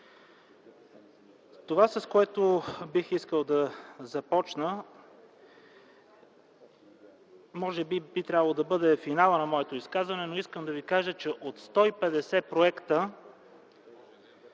Това, с което бих искал да започна, може би, би трябвало да бъде финалът на моето изказване, но искам да ви кажа, че от 150 проекта